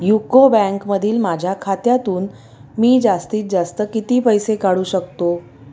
UCO बँकमधील माझ्या खात्यातून मी जास्तीत जास्त किती पैसे काढू शकतो